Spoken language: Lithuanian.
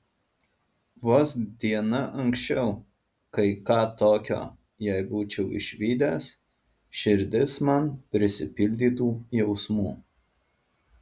vos diena anksčiau kai ką tokio jei būčiau išvydęs širdis man prisipildytų jausmų